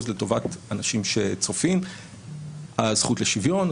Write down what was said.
זאת לטובת אנשים שצופים בנו הזכות לשוויון,